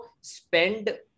spend